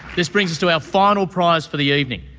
this brings us to our final prize for the evening.